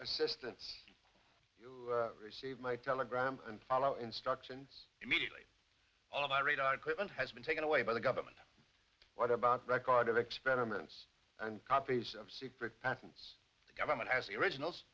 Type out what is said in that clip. assistant you receive my telegram and follow instructions immediately on my radar equipment has been taken away by the government what about record of experiments and copies of secret patents the government has the originals